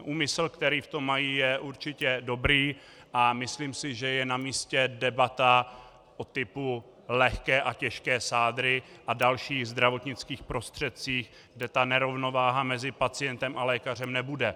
Úmysl, který v tom mají, je určitě dobrý a myslím si, že je namístě debata typu lehké a těžké sádry a o dalších zdravotnických prostředcích, kde ta nerovnováha mezi pacientem a lékařem nebude.